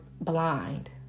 blind